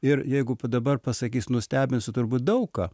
ir jeigu dabar pasakys nustebinsiu turbūt daug ką